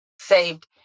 saved